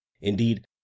Indeed